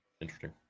Interesting